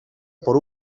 por